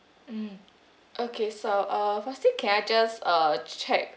okay so uh firstly can I just uh check uh